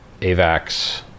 AVAX